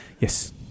Yes